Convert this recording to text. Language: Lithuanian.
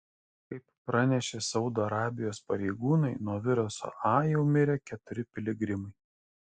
kaip pranešė saudo arabijos pareigūnai nuo viruso a jau mirė keturi piligrimai